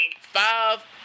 five